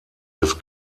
des